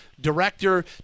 director